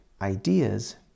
ideas